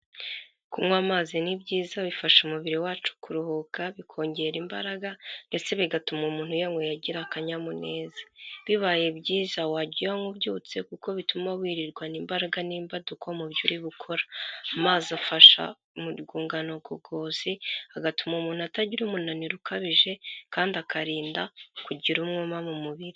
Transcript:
Kunywa amazi ni byiza bifasha umubiri wacu kuruhuka, bikongera imbaraga ndetse bigatuma umuntu uyanyweye agira akanyamuneza. Bibaye byiza wajya uyanywa ubyutse kuko bituma wirirwana imbaraga n'imbaduko mu byo uri gukora. Amazi afasha mu rwungano ngogozi, agatuma umuntu atagira umunaniro ukabije kandi akarinda kugira umwuma mu mubiri.